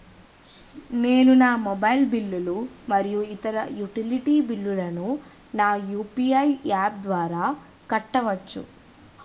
నేను నా మొబైల్ బిల్లులు మరియు ఇతర యుటిలిటీ బిల్లులను నా యు.పి.ఐ యాప్ ద్వారా కట్టవచ్చు